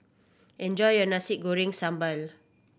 enjoy your Nasi Goreng Sambal